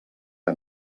que